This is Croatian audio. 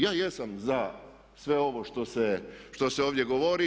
Ja jesam za sve ovo što se ovdje govori.